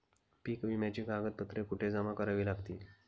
पीक विम्याची कागदपत्रे कुठे जमा करावी लागतील?